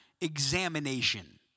examination